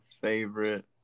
favorite